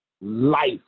life